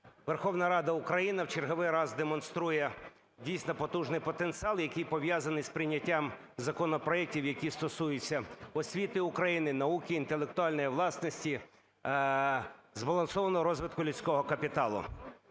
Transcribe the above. Верховна Рада України, в черговий раз демонструє дійсно потужний потенціал, який пов'язаний з прийняттям законопроектів, які стосуються освіти України, науки, інтелектуальної власності, збалансованого розвитку людського капіталу.